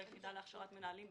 ביחידה להכשרת מנהלים,